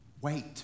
wait